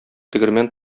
тегермән